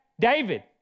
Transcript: David